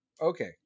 Okay